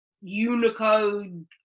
Unicode